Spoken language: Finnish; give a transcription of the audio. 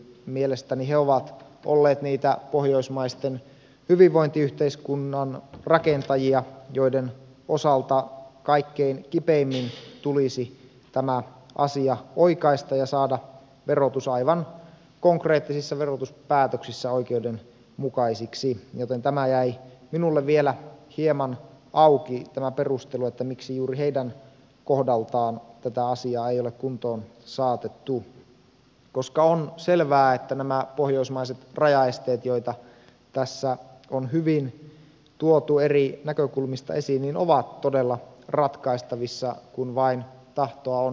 mielestäni he ovat olleet niitä pohjoismaisen hyvinvointiyhteiskunnan rakentajia joiden osalta kaikkein kipeimmin tulisi tämä asia oikaista ja saada verotus aivan konkreettisissa verotuspäätöksissä oikeudenmukaiseksi joten tämä perustelu jäi minulle vielä hieman auki että miksi juuri heidän kohdaltaan tätä asiaa ei ole kuntoon saatettu koska on selvää että nämä pohjoismaiset rajaesteet joita tässä on hyvin tuotu eri näkökulmista esiin ovat todella ratkaistavissa kun vain tahtoa on